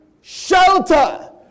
shelter